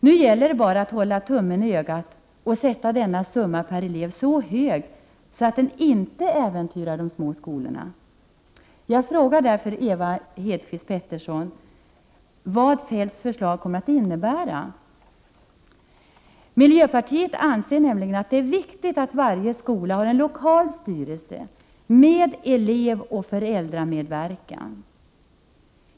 Nu gäller bara att hålla tummen i ögat och sätta denna summa per elev så hög att den inte äventyrar de små skolorna. Jag frågar därför Ewa Hedkvist Petersen vad Feldts förslag kommer att innebära. Miljöpartiet anser att det är viktigt att varje skola har en lokal styrelse, med elevoch föräldramedverkan.